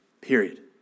Period